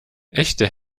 echte